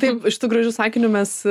taip ir šitu gražiu sakiniu mes